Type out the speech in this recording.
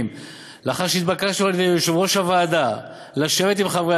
לאחר שהתבקשנו על-ידי יושב-ראש הוועדה לשבת עם חברי